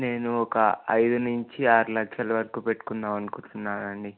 నేను ఒక ఐదు నుంచి ఆరు లక్షల వరకు పెట్టుకుందామనుకుంటున్నానండి